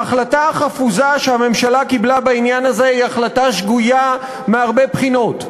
ההחלטה החפוזה שהממשלה קיבלה בעניין הזה היא החלטה שגויה מהרבה בחינות.